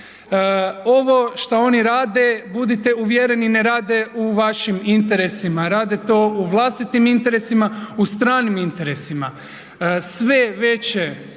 Ovo što oni rade budite uvjereni ne rade u vašim interesima. Rade to u vlastitim interesima, u stranim interesima. Sve veće